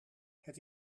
het